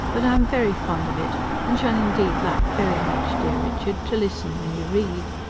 but i am very fond of it and shall indeed like very much dear richard to listen when you read.